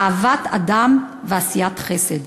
אהבת אדם ועשיית חסד.